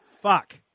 Fuck